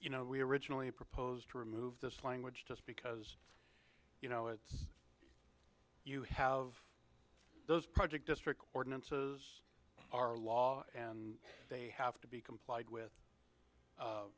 you know we originally proposed to remove this language just because you know it's you have those project district ordinance are law and they have to be complied with